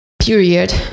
period